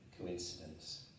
coincidence